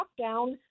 lockdown